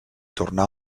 tornà